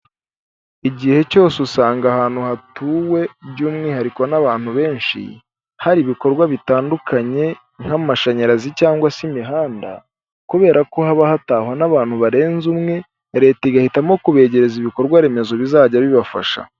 Igihe cyose usanga ahantu hatuwe by'umwihariko n'abantu benshi, hari ibikorwa bitandukanye nk'amashanyarazi cyangwa se imihanda, kubera ko haba hatahwa n'abantu barenze umwe, leta igahitamo kubegereza ibikorwaremezo bizajya bibafasha.